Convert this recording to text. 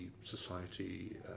society